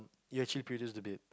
it actually produce the beat